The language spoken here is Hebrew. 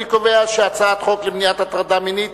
אני קובע שהצעת חוק למניעת הטרדה מינית